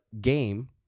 game